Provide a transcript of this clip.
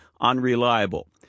unreliable